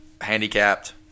handicapped